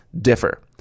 differ